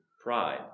pride